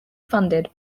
funded